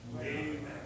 Amen